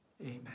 Amen